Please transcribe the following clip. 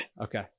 Okay